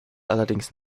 allerdings